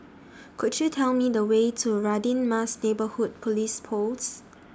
Could YOU Tell Me The Way to Radin Mas Neighbourhood Police Post